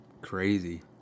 Crazy